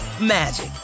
magic